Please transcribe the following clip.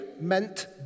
meant